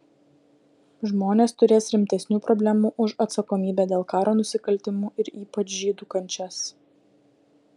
žmonės turės rimtesnių problemų už atsakomybę dėl karo nusikaltimų ir ypač žydų kančias